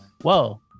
whoa